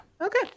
okay